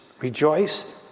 Rejoice